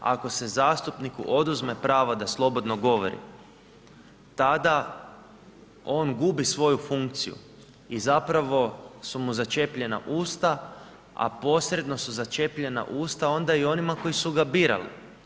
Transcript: Ako se zastupniku oduzme pravo da slobodno govori, tada on gubi svoju funkciju i zapravo su mu začepljena usta, a posredno su začepljena usta onda i onima koji su ga birali.